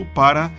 para